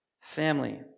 Family